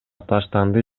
таштанды